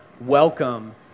welcome